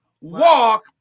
walk